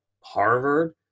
Harvard